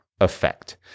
effect